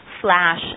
FLASH